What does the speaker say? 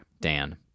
dan